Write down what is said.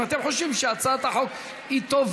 אם אתם חושבים שהצעת החוק טובה,